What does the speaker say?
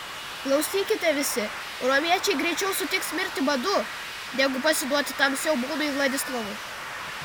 klausykite visi romiečiai greičiau sutiks mirti badu negu pasiduoti tam siaubūnui vladislovui